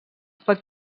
pot